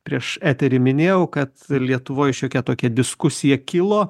prieš eterį minėjau kad lietuvoj šiokia tokia diskusija kilo